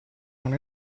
non